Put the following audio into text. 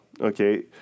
Okay